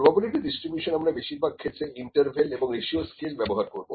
probability distribution আমরা বেশির ভাগ ক্ষেত্রে ইন্টারভেল এবং রেশিও স্কেল ব্যবহার করব